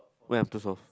wait I am too soft